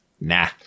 Nah